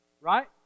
Right